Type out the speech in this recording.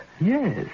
Yes